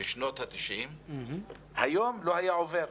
בשנות ה-90', היום לא היה עובר.